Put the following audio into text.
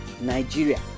Nigeria